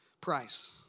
price